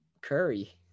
Curry